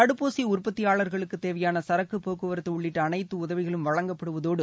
தடுப்பூசி உற்பத்தியாளர்களுக்கு தேவையான சரக்கு போக்குவரத்து உள்ளிட்ட அனைத்து உதவிகளும் வழங்கப்படுவதோடு